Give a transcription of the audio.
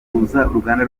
uruganda